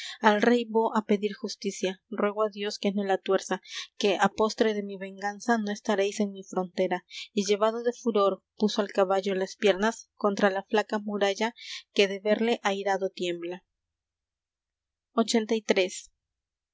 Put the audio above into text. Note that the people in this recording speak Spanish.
rey vo á pedir justicia ruego á dios que no la tuerza que á postre de mi venganza no estaréis en mi frontera y llevado de furor puso al caballo las piernas contra la flaca muralla que de verle airado tiembla